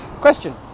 Question